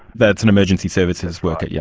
that's an emergency services worker. yeah